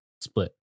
split